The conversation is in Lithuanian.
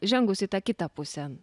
įžengus į tą kitą pusę